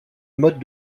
mode